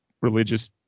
religious